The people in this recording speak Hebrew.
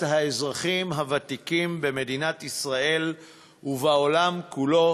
האזרחים הוותיקים במדינת ישראל ובעולם כולו